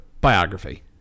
biography